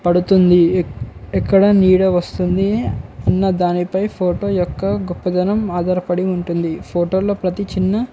పడుతుంది ఎక్కడ నీడ వస్తుంది అన్న దానిపై ఫోటో యొక్క గొప్పదనం ఆధారపడి ఉంటుంది ఫోటోలో ప్రతీ చిన్న